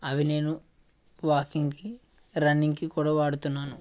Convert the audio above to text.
అవి నేను వాకింగ్కి రన్నింగ్కి కూడా వాడుతున్నాను